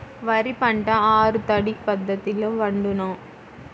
వరి పంట ఆరు తడి పద్ధతిలో పండునా?